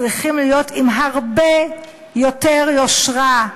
צריכים להיות עם הרבה יותר יושרה,